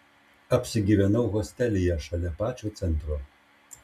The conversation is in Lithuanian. apsigyvenau hostelyje šalia pačio centro